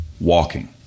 Walking